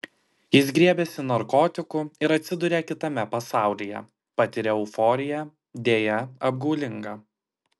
jis griebiasi narkotikų ir atsiduria kitame pasaulyje patiria euforiją deja apgaulingą